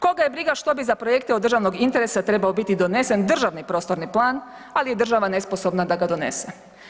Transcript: Koga je briga što bi za projekte od državnog interesa trebao biti donesen državni prostorni plan ali je država nesposobna da ga donese.